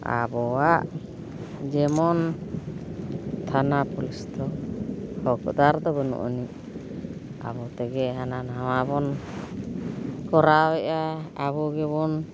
ᱟᱵᱚᱣᱟᱜ ᱡᱮᱢᱚᱱ ᱛᱷᱟᱱᱟ ᱯᱩᱞᱤᱥ ᱫᱚ ᱦᱚᱠᱫᱟᱨ ᱫᱚ ᱵᱟᱹᱱᱩᱜ ᱟᱹᱱᱤᱡ ᱟᱵᱚ ᱛᱮᱜᱮ ᱦᱟᱱᱟ ᱱᱟᱣᱟᱵᱚᱱ ᱠᱚᱨᱟᱣᱮᱫᱟ ᱟᱵᱚ ᱜᱮᱵᱚᱱ